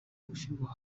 gushyirwa